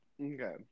Okay